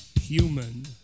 human